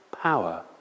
power